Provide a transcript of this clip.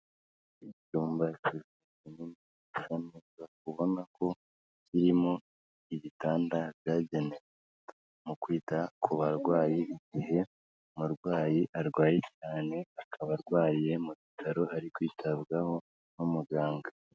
Icyumba kiza ubona ko kirimo igitanda byagenewe kwita ku barwayi igihe umurwayi arwaye cyane akaba arwariye mu bitaro ari kwitabwaho n'umuganga.